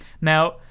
now